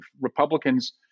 Republicans